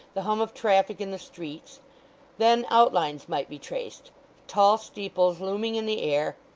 the hum of traffic in the streets then outlines might be traced tall steeples looming in the air,